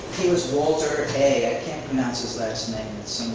he was walter a. i can't pronounce his last name it's